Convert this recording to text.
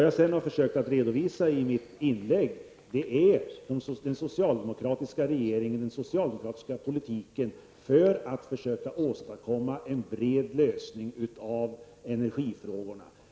Jag har försökt att redovisa i mitt inlägg den socialdemokratiska politiken för att åstadkomma en bred lösning av energifrågorna.